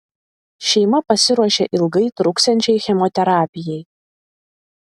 šeima pasiruošė ilgai truksiančiai chemoterapijai